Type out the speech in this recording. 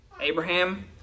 Abraham